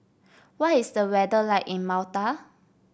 what is the weather like in Malta